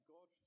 God